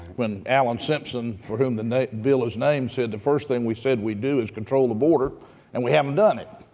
when alan simpson, for whom the bill is named, said the first thing we said we'd do is control the border and we haven't done it.